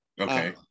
Okay